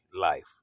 life